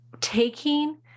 taking